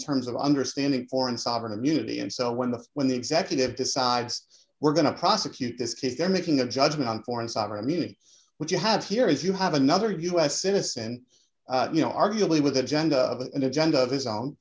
terms of understanding or in sovereign immunity and so when the when the executive decides we're going to prosecute this case they're making a judgment on foreign sovereign immunity which you have here is you have another u s interests and you know arguably with agenda of an agenda of his own